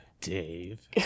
Dave